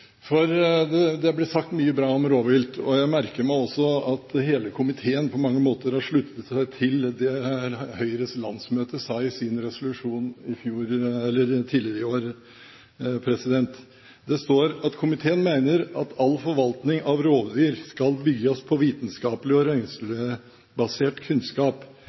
Det blir sagt mye bra om rovvilt. Jeg merker meg også at hele komiteen på mange måter har sluttet seg til det Høyres landsmøte sa i sin resolusjon tidligere i år. Det står: «Komiteen meiner at all forvaltning av rovdyr skal byggjast på vitskapeleg og røynslebasert kunnskap.